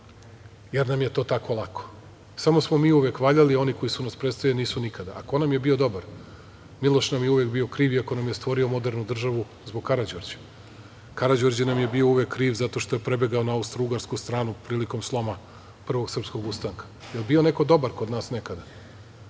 jer nam je to tako lako. Samo smo mi uvek valjali, a oni koji su nas predstavljali nisu nikada. A ko nam je bio dobar? Miloš nam je uvek bio kriv, iako nam je stvorio modernu državu, zbog Karađorđa. Karađorđe nam je uvek bio kriv zato što je prebegao na Austrougarsku stranu prilikom sloma Prvog srpskog ustanka. Jel bio neko dobar kod nas nekada?